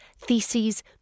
theses